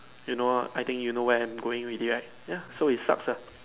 you know ah I think you know where I am going already right ya so it sucks lah